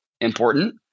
important